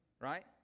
right